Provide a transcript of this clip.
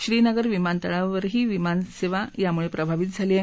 श्रीनगर विमानतळावरही विमान सेवाही यामुळे प्रभावित झाली आहे